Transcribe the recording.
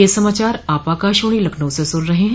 ब्रे क यह समाचार आप आकाशवाणी लखनऊ से सुन रहे हैं